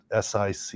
SIC